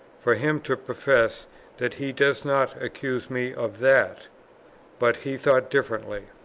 for him to profess that he does not accuse me of that but he thought differently.